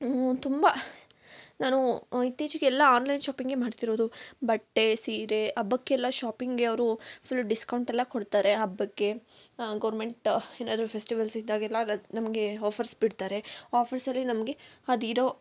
ತುಂಬ ನಾನು ಇತ್ತೀಚೆಗೆ ಎಲ್ಲ ಆನ್ಲೈನ್ ಶಾಪಿಂಗ್ ಮಾಡ್ತಿರೋದು ಬಟ್ಟೆ ಸೀರೆ ಹಬ್ಬಕ್ಕೆಲ್ಲ ಶಾಪಿಂಗ್ಗೆ ಅವರು ಫುಲ್ ಡಿಸ್ಕೌಂಟ್ ಎಲ್ಲ ಕೊಡ್ತಾರೆ ಹಬ್ಬಕ್ಕೆ ಗೋರ್ಮೆಂಟ್ ಏನಾದರೂ ಫೆಸ್ಟಿವಲ್ಸ್ ಇದ್ದಾಗೆಲ್ಲ ನಮಗೆ ಆಫರ್ಸ್ ಬಿಡ್ತಾರೆ ಆಫರ್ಸಲ್ಲಿ ನಮಗೆ ಅದಿರೋ